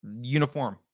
uniform